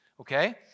Okay